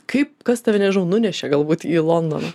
kaip kas tave nežinau nunešė galbūt į londoną